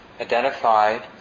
identified